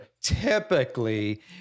typically